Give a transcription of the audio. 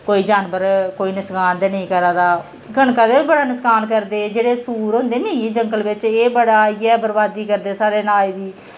कोई जानबर कोई नुस्कान ते नेईं करै दा कनका दा बी बड़ा नुस्कान करदे जेह्ड़े सूर होंदे निं जंगल बिच एह् बड़ा आइयै बर्बादी करदे साढ़े अनाज दी